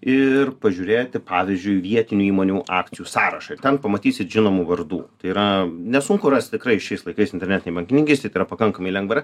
ir pažiūrėti pavyzdžiui vietinių įmonių akcijų sąrašą ir ten pamatysit žinomų vardų tai yra nesunku rast tikrai šiais laikais internetinėj bankininkystėj tai yra pakankamai lengvar